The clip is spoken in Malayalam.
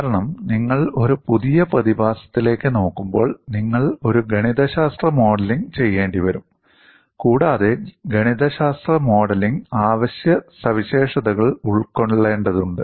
കാരണം നിങ്ങൾ ഒരു പുതിയ പ്രതിഭാസത്തിലേക്ക് നോക്കുമ്പോൾ നിങ്ങൾ ഒരു ഗണിതശാസ്ത്ര മോഡലിംഗ് ചെയ്യേണ്ടിവരും കൂടാതെ ഗണിതശാസ്ത്ര മോഡലിംഗ് അവശ്യ സവിശേഷതകൾ ഉൾക്കൊള്ളേണ്ടതുണ്ട്